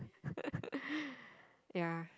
yeah